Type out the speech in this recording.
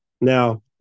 now